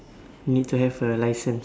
need to have a license